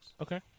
Okay